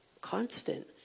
constant